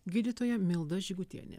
gydytoja milda žygutienė